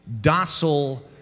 docile